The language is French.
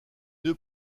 deux